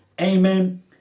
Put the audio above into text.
Amen